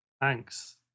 Thanks